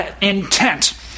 intent